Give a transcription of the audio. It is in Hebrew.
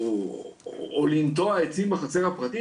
או לנטוע עצים בחצר הפרטית,